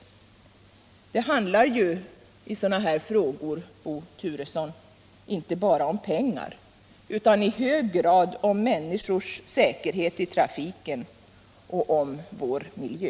Det handlar ju i frågor av det här slaget, Bo Turesson, inte bara om pengar utan i hög grad om människors säkerhet i trafiken och om vår miljö.